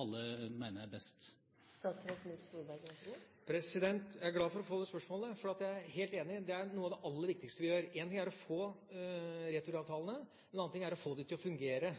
alle mener er best. Jeg er glad for å få det spørsmålet, for jeg er helt enig. Det er noe av det aller viktigste vi gjør. Én ting er å få returavtalene; en annen ting er å få dem til å fungere.